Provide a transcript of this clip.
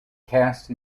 cast